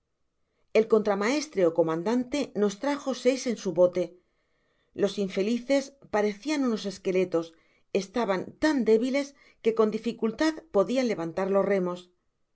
el contramaestre ó comandante nos trajo seis en su bote los infelices parecian unos esqueletos estaban tan débiles que con dificultad podian levantar los remos el